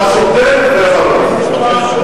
אתה שודד וברווז.